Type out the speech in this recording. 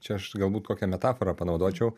čia aš galbūt kokią metaforą panaudočiau